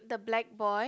the black boy